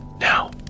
now